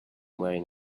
wearing